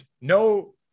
No